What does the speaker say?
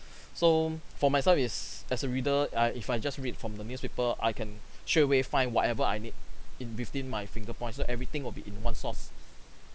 so for myself is as a reader err if I just read from the newspaper I can straight away find whatever I need in within my finger points so everything will be in one source